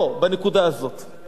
אתה רוצה להיות שחקן?